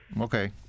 Okay